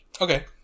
Okay